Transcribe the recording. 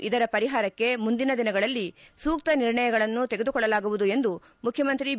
ಇದರ ಪರಿಹಾರಕ್ಕೆ ಮುಂದಿನ ದಿನಗಳಲ್ಲಿ ಸೂಕ್ತ ನಿರ್ಣಯಗಳನ್ನು ತೆಗೆದುಕೊಳ್ಳಲಾಗುವುದು ಎಂದು ಮುಖ್ಯಮಂತ್ರಿ ಬಿ